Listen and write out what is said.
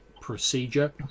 procedure